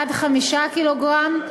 עד 5 קילוגרם,